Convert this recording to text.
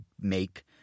make